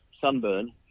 sunburn